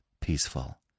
peaceful